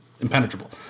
impenetrable